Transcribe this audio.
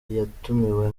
yatumiwe